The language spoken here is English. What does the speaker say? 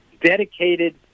dedicated